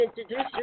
introduce